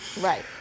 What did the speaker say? Right